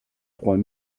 trois